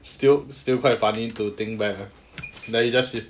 still still quite funny to think back like you just you